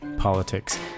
politics